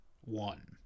one